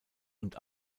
und